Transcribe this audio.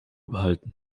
behalten